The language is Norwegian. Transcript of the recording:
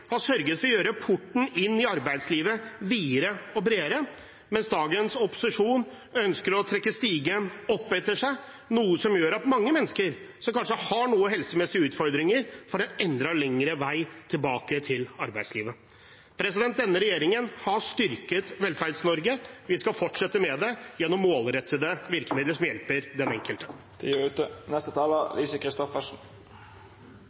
har sørget for å gjøre porten inn i arbeidslivet videre og bredere, mens dagens opposisjon ønsker å trekke stigen opp etter seg, noe som gjør at mange mennesker som kanskje har noen helsemessige utfordringer, får en enda lengre vei tilbake til arbeidslivet. Denne regjeringen har styrket Velferds-Norge. Vi skal fortsette med det gjennom målrettede virkemidler som hjelper den enkelte.